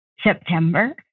September